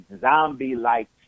zombie-like